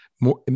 more